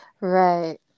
Right